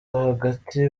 hagati